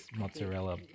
mozzarella